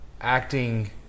acting